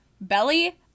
Belly